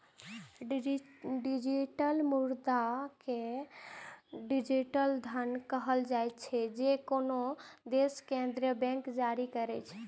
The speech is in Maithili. डिजिटल मुद्रा कें डिजिटल धन कहल जाइ छै, जे कोनो देशक केंद्रीय बैंक जारी करै छै